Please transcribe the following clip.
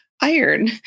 iron